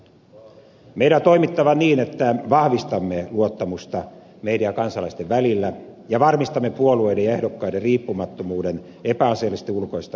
meidän on toimittava niin että vahvistamme luottamusta meidän ja kansalaisten välillä ja varmistamme puolueiden ja ehdokkaiden riippumattomuuden epäasiallisesta ulkoisesta vaikuttamisesta